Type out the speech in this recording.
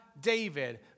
David